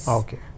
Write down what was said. okay